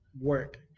work